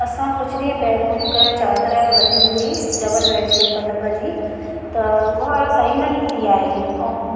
असां कुझु ॾींहुं पहिरियों हिकु चादरु वरिती हुई डबल बैड जे पलंग जी त उहा सही न निकिती आहे ऐं